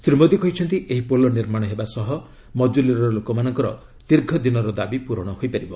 ଶ୍ରୀ ମୋଦୀ କହିଛନ୍ତି ଏହି ପୋଲ ନିର୍ମାଣ ହେବା ସହ ମଜୁଲୀର ଲୋକମାନଙ୍କର ଦୀର୍ଘ ଦିନର ଦାବି ପୂରଣ ହୋଇପାରିବ